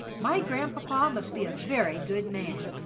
my grandpapa must be a very good man.